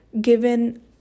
given